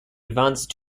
advance